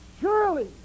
surely